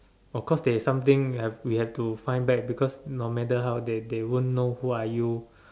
of course there's something we have we have to find back because no matter how they they won't know who are you